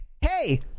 Hey